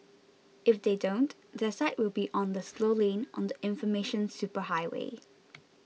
if they don't their site will be on the slow lane on the information superhighway